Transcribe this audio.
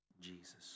Jesus